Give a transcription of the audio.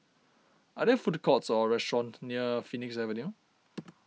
are there food courts or restaurants near Phoenix Avenue